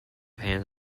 hands